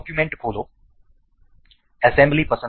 નવું ડોક્યુમેન્ટ ખોલો એસેમ્બલી